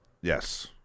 Yes